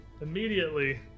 immediately